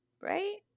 Right